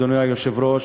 אדוני היושב-ראש,